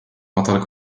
madal